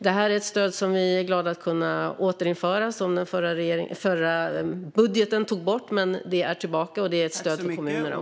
Det här är ett stöd som vi är glada att kunna återinföra. Det togs bort i och med den förra budgeten, men det är tillbaka, och det är också ett stöd för kommunerna.